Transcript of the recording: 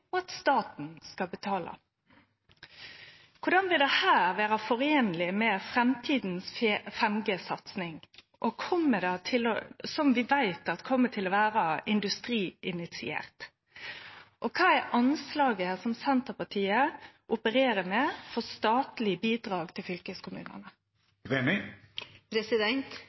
og at staten skal betale. Korleis vil dette vere foreinleg med den framtidige 5G-satsinga, som vi veit kjem til å vere industriinitiert? Kva er anslaget Senterpartiet opererer med for statleg bidrag til